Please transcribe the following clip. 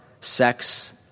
sex